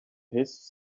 his